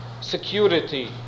security